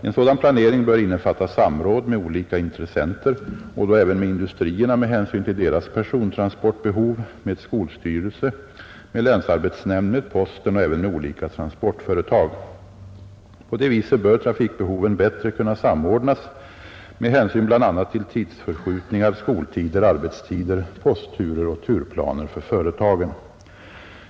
En sådan planering bör innefatta samråd med olika intressenter — och då även med industrierna med hänsyn till deras persontransportbehov, med skolstyrelse, med länsarbetsnämnd, med posten och även med olika transportföretag. På det viset bör trafikbehoven bättre kunna samordnas med hänsyn bl.a. till tidsförskjutningar, skoltider, arbetstider, postturer och turplaner för företagen.